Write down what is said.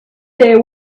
there